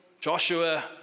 Joshua